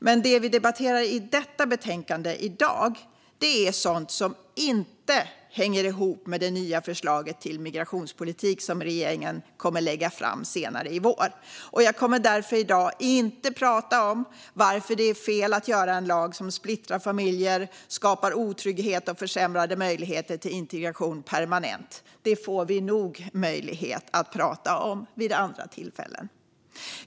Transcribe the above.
Men det vi debatterar i detta betänkande i dag är sådant som inte hänger ihop med det nya förslaget till migrationspolitik som regeringen kommer att lägga fram senare i vår. Jag kommer därför i dag inte att prata om varför det är fel med en lag som splittrar familjer och skapar otrygghet och försämrade möjligheter till integration permanent. Det får vi nog möjlighet att prata om vid andra tillfällen.